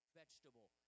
vegetable